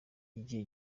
igihe